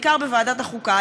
בעיקר בוועדת החוקה,